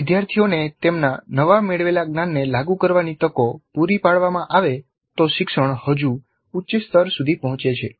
જો વિદ્યાર્થીઓને તેમના નવા મેળવેલા જ્ઞાનને લાગુ કરવાની તકો પૂરી પાડવામાં આવે તો શિક્ષણ હજુ ઉચ્ચ સ્તર સુધી પહોંચે છે